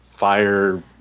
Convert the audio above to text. Fire